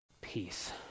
Peace